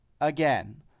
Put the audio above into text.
again